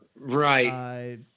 right